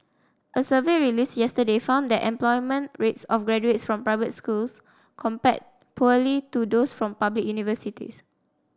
a survey released yesterday found that employment rates of graduates from private schools compared poorly to those from public universities